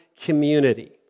community